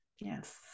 yes